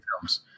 films